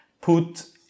put